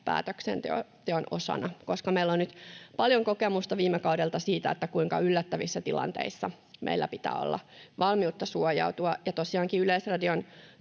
päätöksenteon osana. Koska meillä on nyt paljon kokemusta viime kaudelta yllättävistä tilanteista, meillä pitää olla valmiutta suojautua. Tosiaankin